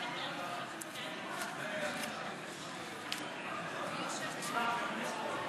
נגד, 57. הצעת החוק לא עברה,